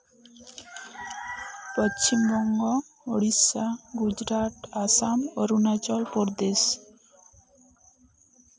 Paschim Banga Odisha Gujarat Assam Arunachal Pradesh